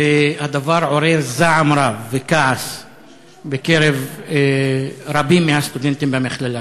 והדבר עורר זעם רב וכעס בקרב רבים מהסטודנטים במכללה.